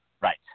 Right